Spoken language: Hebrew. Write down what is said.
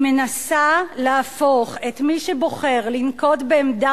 היא מנסה להפוך את מי שבוחר לנקוט עמדה